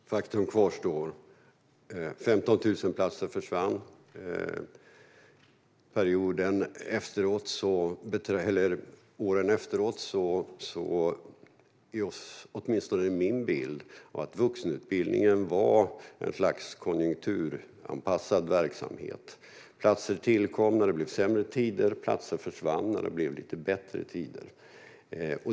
Fru talman! Faktum kvarstår: 15 000 platser försvann. Åtminstone är det min bild att vuxenutbildningen under åren efteråt var ett slags konjunkturanpassad verksamhet. Platser tillkom när det blev sämre tider, och platser försvann när det blev lite bättre tider.